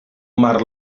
marc